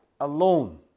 alone